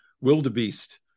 wildebeest